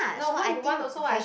no what he want also what